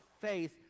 faith